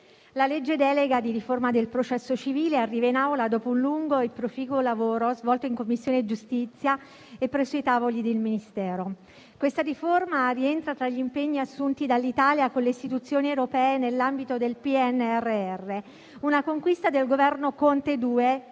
di legge delega di riforma del processo civile arriva in Aula dopo un lungo e proficuo lavoro svolto in Commissione giustizia e presso i tavoli del Ministero. Questa riforma rientra tra gli impegni assunti dall'Italia con le istituzioni europee nell'ambito del PNRR. È una conquista del Governo Conte II